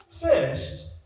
first